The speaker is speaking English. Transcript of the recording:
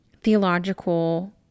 theological